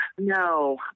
No